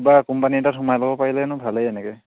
কিবা কোম্পেনী এটাত সোমাই ল'ব পাৰিলেনো ভালেই এনেকৈ